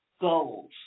goals